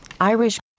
Irish